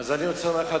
אני רוצה לומר לך,